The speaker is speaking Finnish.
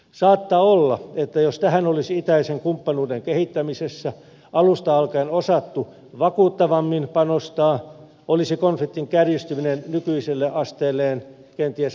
saattaa olla että jos tähän olisi itäisen kumppanuuden kehittämisessä alusta alkaen osattu vakuuttavammin panostaa olisi konfliktin kärjistyminen nykyiselle asteelleen kenties voitu välttää